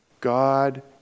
God